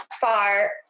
far